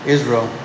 Israel